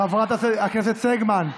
חברת הכנסת סגמן,